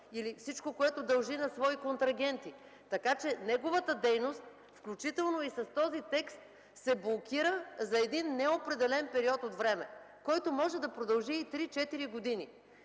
или всичко, което дължи на свои контрагенти. Така че неговата дейност, включително с този текст, се блокира за неопределен период от време, който може да продължи три-четири години.